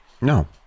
No